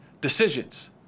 decisions